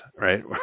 right